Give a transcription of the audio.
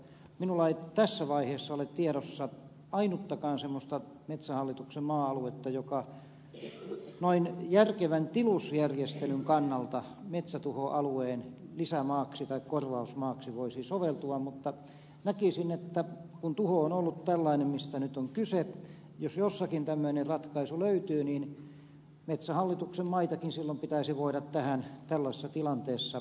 minulla ei tässä vaiheessa ole tiedossa ainuttakaan semmoista metsähallituksen maa aluetta joka järkevän tilusjärjestelyn kannalta metsätuhoalueen lisämaaksi tai korvausmaaksi voisi soveltua mutta näkisin että kun tuho on ollut tällainen mistä nyt on kyse jos jossakin tämmöinen ratkaisu löytyy niin metsähallituksen maitakin silloin pitäisi voida tähän tällaisessa tilanteessa harkita